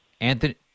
Anthony